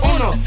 Uno